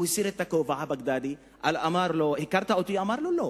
הסיר את הכובע ואמר לו: